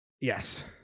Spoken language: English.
yes